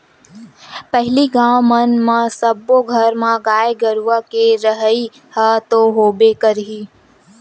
पहिली गाँव मन म सब्बे घर म गाय गरुवा के रहइ ह तो होबे करही